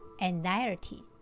anxiety